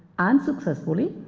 unsuccessfully,